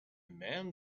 man